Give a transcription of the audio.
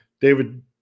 David